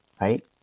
right